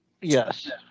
yes